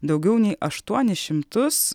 daugiau nei aštuonis šimtus